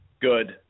Good